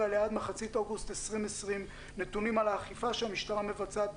אליה עד מחצית אוגוסט 2020 נתונים על האכיפה שהמשטרה מבצעת,